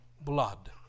blood